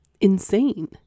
insane